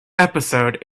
episode